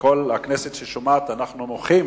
וכל הכנסת ששומעת, אנחנו מוחים